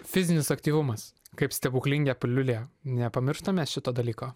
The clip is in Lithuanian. fizinis aktyvumas kaip stebuklinga piliulė nepamirštam mes šito dalyko